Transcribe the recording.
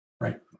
Right